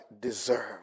deserve